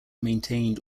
maintained